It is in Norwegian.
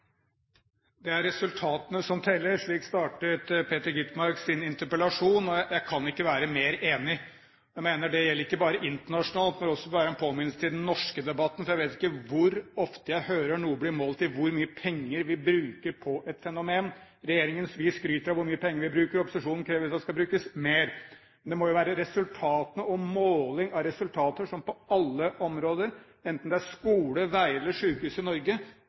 sin interpellasjon, og jeg kan ikke være mer enig. Jeg mener at det ikke bare gjelder internasjonalt, men det kan også være en påminnelse til den norske debatten, for jeg vet ikke hvor ofte jeg hører noe bli målt i hvor mye penger vi bruker på et fenomen. Regjeringen skryter av hvor mye penger vi bruker, opposisjonen krever at det skal brukes mer. Men det må jo være resultatene og målingen av resultatene på alle områder, enten det er skole, veier eller sykehus i Norge